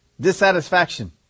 Dissatisfaction